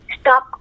Stop